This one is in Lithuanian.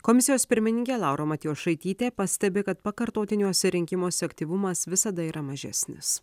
komisijos pirmininkė laura matjošaitytė pastebi kad pakartotiniuose rinkimuose aktyvumas visada yra mažesnis